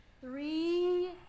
Three